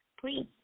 please